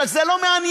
בכלל זה לא מעניין.